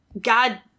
God